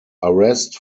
arrest